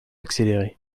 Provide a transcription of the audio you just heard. accéléré